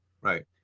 right